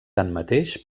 tanmateix